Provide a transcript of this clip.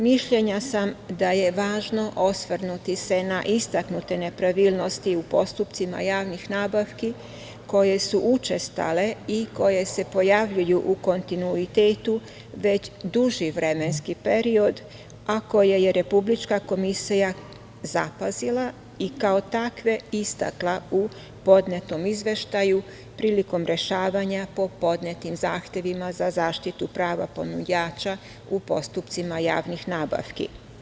Mišljenja sam da je važno osvrnuti se na istaknute nepravilnosti u postupcima javnih nabavki koje su učestale i koje se pojavljuju u kontinuitetu već duži vremenski period, a koje je republička komisija zapazila i kao takve istakla u podnetom izveštaju prilikom rešavanja po podnetim zahtevima za zaštitu prava ponuđača u postupcima javnih nabavki.